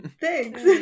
Thanks